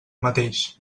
mateix